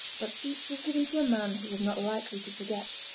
but each was given to a man who was not likely to forget.